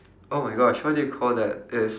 oh my gosh what do you call that it's